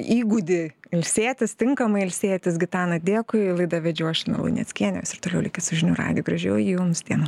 įgūdį ilsėtis tinkamai ilsėtis gitana dėkui laidą vedžiau aš lina vainickienė ir toliau likit su žinių radiju gražių jums dienų